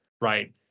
Right